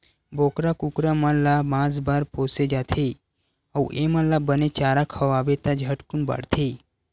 बोकरा, कुकरा मन ल मांस बर पोसे जाथे अउ एमन ल बने चारा खवाबे त झटकुन बाड़थे